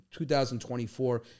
2024